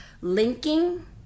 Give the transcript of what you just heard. linking